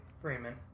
Freeman